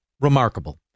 remarkable